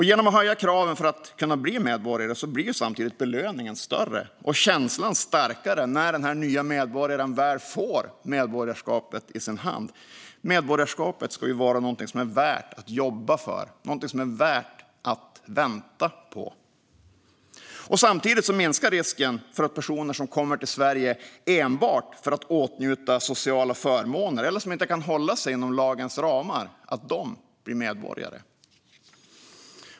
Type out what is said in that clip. Genom att höja kraven för att kunna bli medborgare blir belöningen större och känslan starkare när den nya medborgaren väl får medborgarskapet i sin hand. Medborgarskapet ska ju vara någonting som är värt att jobba för, något som är värt att vänta på. Samtidigt minskar det risken för att personer som kommit till Sverige enbart för att åtnjuta sociala förmåner eller som inte kan hålla sig inom lagens ramar blir medborgare.